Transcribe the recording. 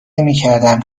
نمیکردم